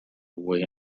away